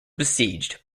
besieged